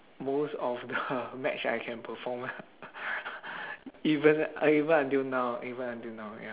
most of the match I can perform ah even even until now even until now ya